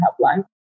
Helpline